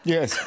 Yes